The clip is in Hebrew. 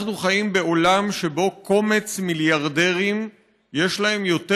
אנחנו חיים בעולם שבו לקומץ מיליארדרים יש יותר